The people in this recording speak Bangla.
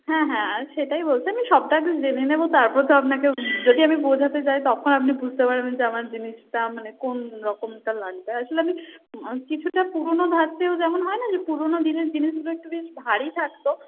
হ্যাঁ হ্যাঁ আমি সেটাই বলছি আমি সবটা আগে জেনে নেব তারপর তো আপনাকে যদি আমি বোঝাতে যাই তখন আপনি বুঝতে পারবেন যে আমার জিনিসটা মানে কোন রকমটা লাগবে আসলে আমি কিছুটা পুরনো ধাঁচেও যেমন হয় না যে পুরনো দিনের জিনিসগুলো একটু বেশ ভারী থাকত